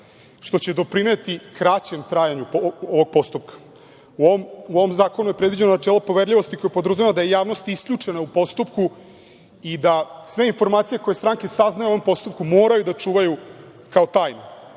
što će doprineti kraćem trajanju ovog postupka.U ovom zakonu je predviđeno načelo poverljivosti, koja podrazumeva da je javnost isključena u postupku i da sve informacije koje stranke saznaju u ovom postupku moraju da čuvaju kao